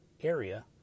area